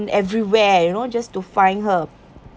everywhere you know just to find her